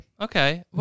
Okay